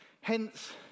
Hence